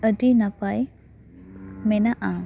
ᱟᱹᱰᱤ ᱱᱟᱯᱟᱭ ᱢᱮᱱᱟᱜᱼᱟ